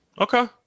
Okay